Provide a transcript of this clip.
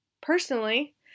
personally